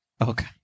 okay